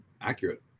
accurate